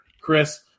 Chris